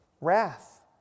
wrath